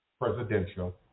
presidential